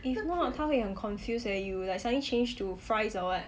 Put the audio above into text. if not 它会很 confuse leh you like suddenly change to fries or what